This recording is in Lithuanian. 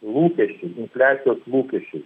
lūkesčiai infliacijos lūkesčiai